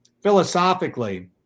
philosophically